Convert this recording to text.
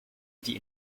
die